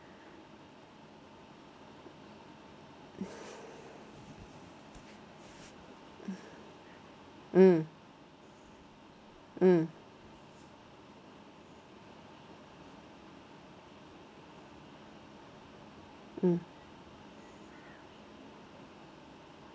mm mm mm